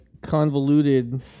convoluted